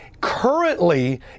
Currently